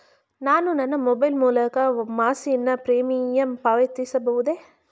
ನಾನು ನನ್ನ ಮೊಬೈಲ್ ಮೂಲಕ ಮಾಸಿಕ ಪ್ರೀಮಿಯಂ ಪಾವತಿಸಬಹುದೇ?